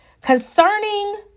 Concerning